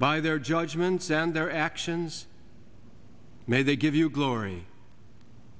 by their judgments and their actions may they give you glory